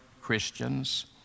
Christians